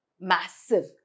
massive